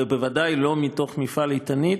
ובוודאי לא מתוך מפעל "איתנית",